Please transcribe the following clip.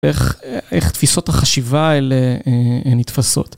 ואיך תפיסות החשיבה האלה נתפסות.